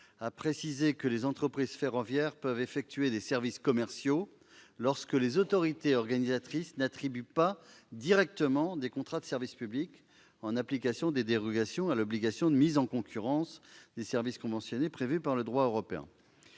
à préciser que les entreprises ferroviaires peuvent effectuer des services commerciaux lorsque les autorités organisatrices n'attribuent pas directement des contrats de service public, en application des dérogations à l'obligation de mise en concurrence des services conventionnés prévue par le droit européen.